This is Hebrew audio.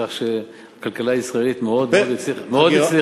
כך שהכלכלה הישראלית מאוד הצליחה.